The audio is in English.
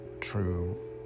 true